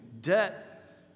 debt